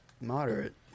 moderate